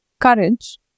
courage